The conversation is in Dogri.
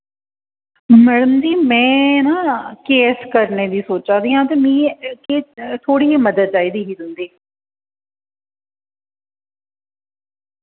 मैडम जी में ना केएस करने दी सोचा दियां ते मिगी एह् थोह्ड़ी देहि मदद चाहिदी ही तुंदी